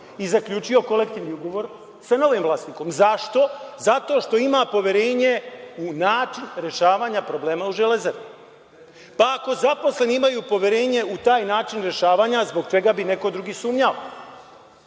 i zaključio kolektivni ugovor sa novim vlasnikom. Zašto? Zato što ima poverenje u način rešavanja problema o „Železari“, pa ako zaposleni imaju poverenje u taj način rešavanja zbog čega bi neko drugi sumnjao? Dalje,